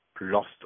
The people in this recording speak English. lost